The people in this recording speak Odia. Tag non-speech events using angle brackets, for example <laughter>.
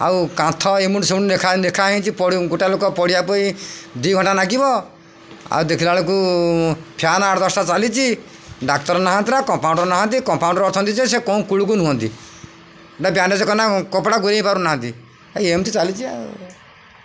ଆଉ କାନ୍ଥ ଏମୁଣ୍ଡୁ ସେମୁଣ୍ଡୁ ଲେଖା ହେଇଛି ପ ଗୋଟାଏ ଲୋକ ପଢ଼ିବା ପାଇଁ ଦୁଇ ଘଣ୍ଟା ଲାଗିବ ଆଉ ଦେଖିଲାବେଳକୁ ଫ୍ୟାନ୍ ଆଠ ଦଶଟା ଚାଲିଛି ଡାକ୍ତର ନାହାଁନ୍ତି ନା କମ୍ପାଉଣ୍ଡର ନାହାନ୍ତି କମ୍ପାଉଣ୍ଡର ଅଛନ୍ତି ଯେ ସେ କେଉଁ କୁଳୁକୁ ନୁହନ୍ତି ନା ବ୍ୟାଣ୍ଡେଜ କନା କପଡ଼ା ଗୁଡ଼ାଇ ପାରୁନାହାନ୍ତି <unintelligible> ଏମିତି ଚାଲିଛି ଆଉ